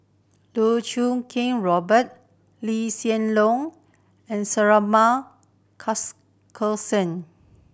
Loh Choo Kiat Robert Lee Hsien Loong and Suratman